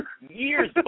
years